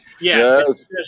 Yes